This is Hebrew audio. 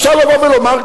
אפשר לבוא ולומר,